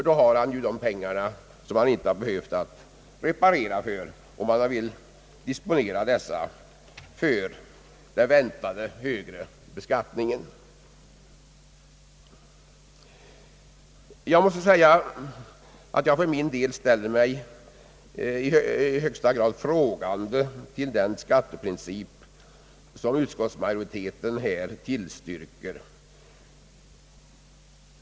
Då har han ju tillgång till de pengar som inte behövt gå till reparationer o.d. och kan disponera dessa för den väntade höga beskattningen. Jag ställer mig i högsta grad frågande till den skatteprincip som utskottsmajoriteten tillstyrker.